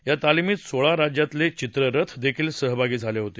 या तालिभित सोळा राज्यातले चित्ररथ देखील सहभागी झाले होते